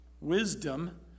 wisdom